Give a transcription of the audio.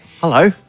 Hello